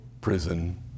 prison